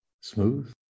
smooth